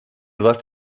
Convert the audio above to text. left